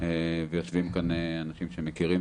יושבים כאן אנשים שמכירים